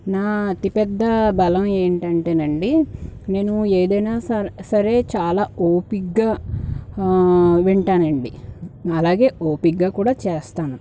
నా అతిపెద్ద బలం ఏంటంటేనండి నేను ఏదైనా స సరే చాలా ఓపిగ్గా వింటానండి అలాగే ఓపిగ్గా కూడా చేస్తాను